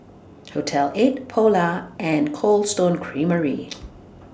Hotel eighty Polar and Cold Stone Creamery